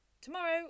tomorrow